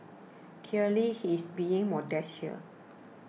clearly he's being modest here